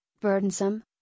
burdensome